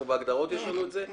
בהגדרות יש לנו את זה?